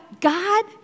God